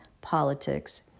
politics